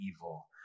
evil